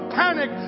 panic